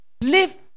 Live